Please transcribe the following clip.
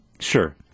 Sure